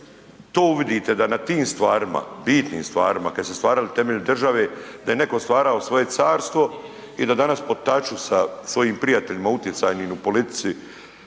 to uvidite da na tim stvarima bitnim stvarima kad su se stvarali temelji države da je netko stvarao svoje carstvo i da danas potaču sa svojim prijateljima utjecajnim u politici